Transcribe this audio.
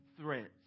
threats